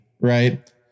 right